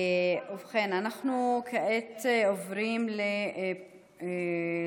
ובכן, שמונה בעד, אין אף מתנגד או נמנע.